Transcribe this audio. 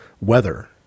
weather